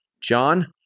John